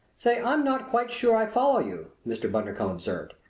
say, i'm not quite sure i follow you, mr. bundercombe observed.